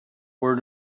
were